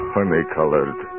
honey-colored